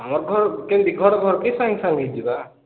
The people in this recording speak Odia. ଆମର ଘର କେମତି ଘର ଘରକେ ସାଙ୍ଗ ସାଙ୍ଗ ହୋଇ ଯିବା